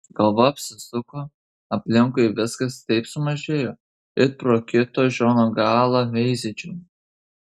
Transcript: galva apsisuko aplinkui viskas taip sumažėjo it pro kitą žiūrono galą veizėčiau